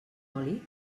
oli